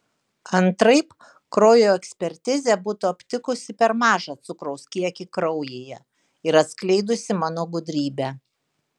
antraip kraujo ekspertizė būtų aptikusi per mažą cukraus kiekį kraujyje ir atskleidusi mano gudrybę